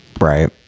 Right